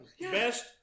Best